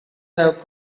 have